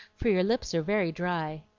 for your lips are very dry.